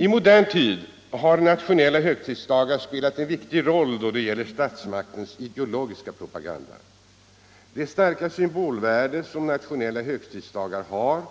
I modern tid har nationella högtidsdagar spelat en viktig roll då det gäller statsmaktens ideologiska propaganda. Det starka symbolvärde som nationella högtidsdagar har